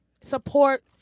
support